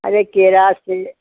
अरे केला से